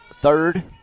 third